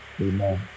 Amen